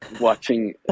watching